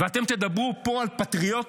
ואתם תדברו פה על פטריוטיות?